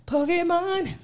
Pokemon